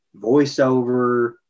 voiceover